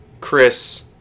Chris